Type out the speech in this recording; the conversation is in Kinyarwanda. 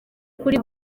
kuri